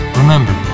remember